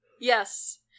Yes